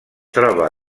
troba